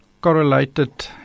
correlated